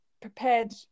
prepared